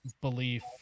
belief